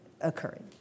occurring